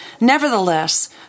Nevertheless